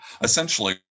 essentially